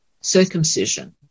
circumcision